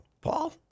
Paul